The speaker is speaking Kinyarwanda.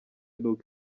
n’uko